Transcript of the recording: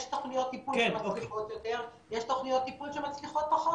יש תוכניות טיפול שמצליחות יותר ויש תוכניות טיפול שמצליחות פחות,